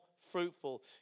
fruitful